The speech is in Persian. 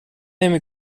نمی